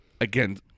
again